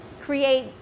create